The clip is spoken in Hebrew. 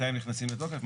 מתי הם נכנסים לתוקף.